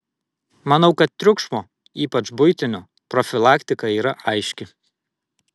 manau kad triukšmo ypač buitinio profilaktika yra aiški